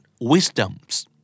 wisdoms